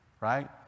right